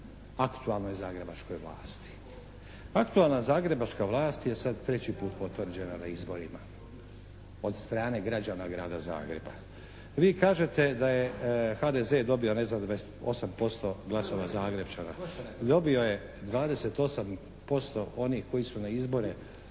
aktualnoj zagrebačkoj vlasti. Aktualna zagrebačka vlast je sad treći put potvrđena na izborima od strane građana grada Zagreba. Vi kažete da je HDZ ne znam 28% glasova Zagrepčana. Dobio je 28% onih koji su na izbore